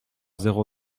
zéro